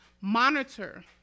monitor